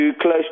close